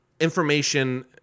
Information